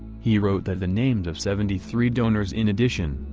he wrote that the names of seventy three donors in addition,